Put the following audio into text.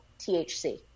THC